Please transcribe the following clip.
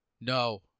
No